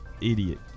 idiot